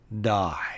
die